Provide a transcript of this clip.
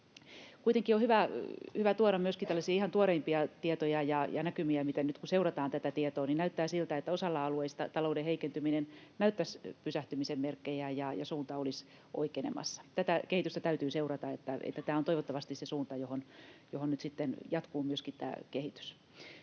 Kuitenkin on hyvä tuoda myöskin tällaisia ihan tuoreimpia tietoja ja näkymiä, ja nyt kun seurataan tätä tietoa, niin näyttää siltä, että osalla alueista talouden heikentyminen näyttäisi pysähtymisen merkkejä ja suunta olisi oikenemassa. Tätä kehitystä täytyy seurata. Tämä on toivottavasti se suunta, johon nyt sitten jatkuu myöskin tämä kehitys.